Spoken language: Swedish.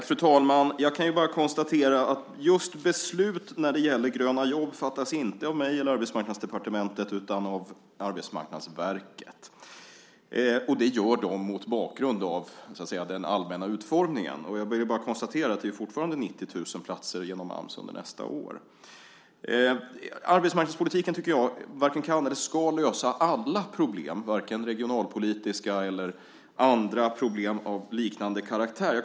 Fru talman! Jag kan bara konstatera att just beslut om Gröna jobb inte fattas av mig eller Arbetsmarknadsdepartementet utan av Arbetsmarknadsverket. Det gör de mot bakgrund av den allmänna utformningen så att säga. Jag konstaterar att det fortfarande finns 90 000 platser genom Ams för nästa år. Arbetsmarknadspolitiken, tycker jag, varken kan eller ska lösa alla problem - vare sig det är regionalpolitiska eller det är andra problem av liknande karaktär.